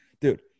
dude